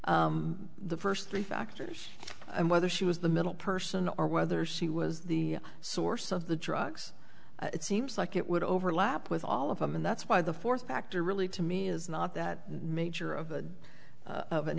the first three factors and whether she was the middle person or whether she was the source of the drugs it seems like it would overlap with all of them and that's why the fourth factor really to me is not that major of a of an